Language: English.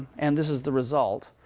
and this is the result.